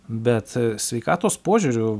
bet sveikatos požiūriu